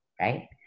right